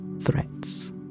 threats